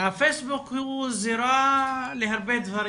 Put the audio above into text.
הפייסבוק הוא זירה להרבה דברים,